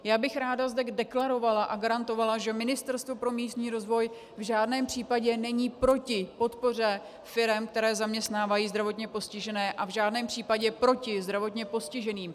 Ráda bych zde deklarovala a garantovala, že Ministerstvo pro místní rozvoj v žádném případě není proti podpoře firem, které zaměstnávají zdravotně postižené, a v žádném případě proti zdravotně postiženým.